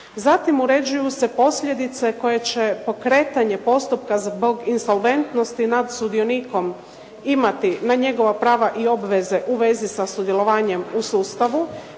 Zatim, uređuju se posljedice koje će pokretanje postupka zbog insolventnosti nad sudionikom imati na njegova prava i obveze u vezi sa sudjelovanjem u sustavu